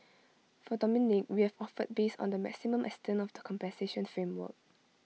for Dominique we have offered based on the maximum extent of the compensation framework